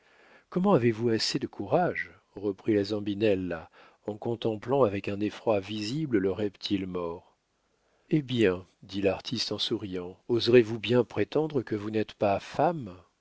comment avez-vous assez de courage reprit la zambinella en contemplant avec un effroi visible le reptile mort eh bien dit l'artiste en souriant oseriez-vous bien prétendre que vous n'êtes pas femme